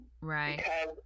right